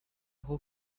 whole